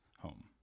home